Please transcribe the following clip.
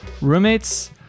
roommates